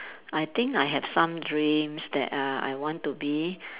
I think I have some dreams that uh I want to be